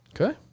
Okay